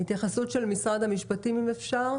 התייחסות של משרד המשפטים